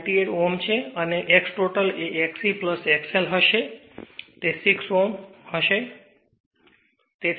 98 Ω છે અને X total એ Xe X L હશે તે 6 Ω હશે